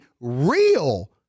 real